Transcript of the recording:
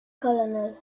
colonel